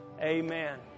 amen